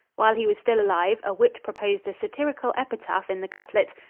while he was still alive a wit proposed a satirical epitaph in the couplet,